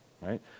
Right